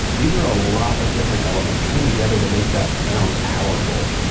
these are a lot of different elements coming together to make that sound powerful.